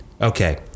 okay